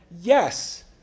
yes